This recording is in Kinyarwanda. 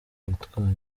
yatwaye